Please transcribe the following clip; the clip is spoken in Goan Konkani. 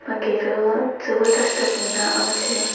मागीर चवथ आसता तेन्ना आमचे